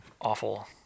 awful